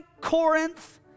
Corinth